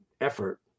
effort